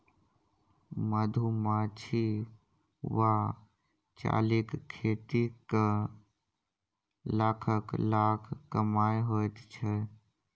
मधुमाछी वा चालीक खेती कए लाखक लाख कमाई होइत छै